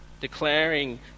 declaring